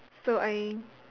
so I